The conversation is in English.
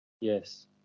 Yes